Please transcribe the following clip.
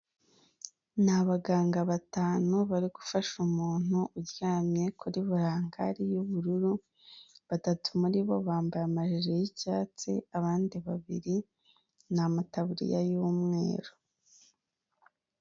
Ni abaganga batanu bari gufasha umuntu uryamye kuri burirangari y'ubururu, batatu muri bo bambaye amajire y'icyatsi, abandi babiri ni amatabuririya y'umweru.